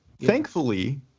Thankfully